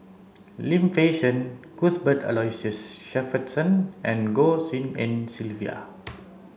Lim Fei Shen Cuthbert Aloysius Shepherdson and Goh Tshin En Sylvia